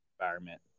environment